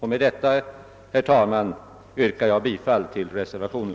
Herr talman! Med detta yrkar jag bifall till reservationen.